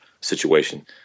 situation